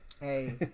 hey